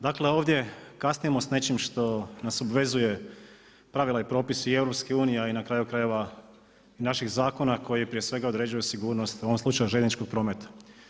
Dakle, ovdje kasnimo s nečim što nas obvezuje pravili i propisi EU, a i na kraju krajeva i naših zakona koji prije svega određuju sigurnost u ovom slučaju željezničkog prometa.